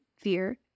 fear